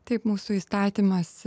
taip mūsų įstatymas